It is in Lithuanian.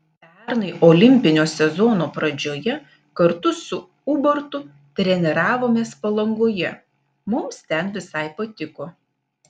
pernai olimpinio sezono pradžioje kartu su ubartu treniravomės palangoje mums ten visai patiko